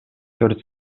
төрт